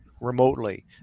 remotely